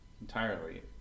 entirely